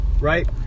right